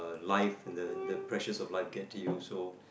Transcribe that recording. life and the the precious of life get to you so